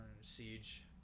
Siege